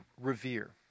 revere